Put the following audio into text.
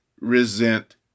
resent